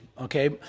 okay